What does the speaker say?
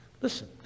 listen